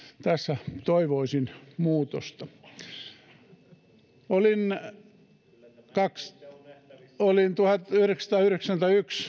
tässä toivoisin muutosta olin tuhatyhdeksänsataayhdeksänkymmentäyksi